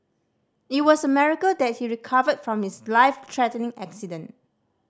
it was a miracle that he recovered from his life threatening accident